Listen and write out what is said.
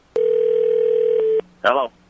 Hello